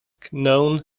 known